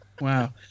Wow